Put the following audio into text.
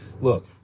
Look